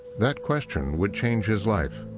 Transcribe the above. that question would change his life.